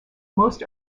most